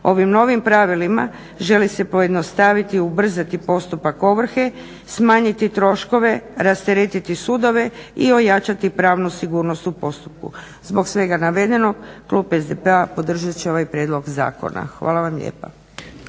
Ovim novim pravilima želi se pojednostaviti, ubrzati postupak ovrhe, smanjiti troškove, rasteretiti sudove i ojačati pravnu sigurnost u postupku. Zbog svega navedenog klub SDP-a podržat će ovaj prijedlog zakona. Hvala vam lijepa.